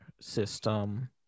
system